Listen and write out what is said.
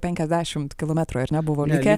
penkiasdešimt kilometrų ar ne buvo likę